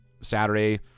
Saturday